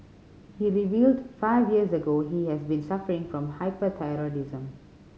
he revealed five years ago he has been suffering from hyperthyroidism